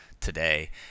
today